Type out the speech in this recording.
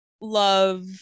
love